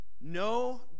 no